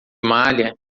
malha